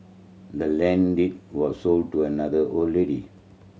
the land deed was sold to another old lady